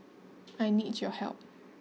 I need your help